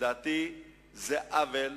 לדעתי זה עוול,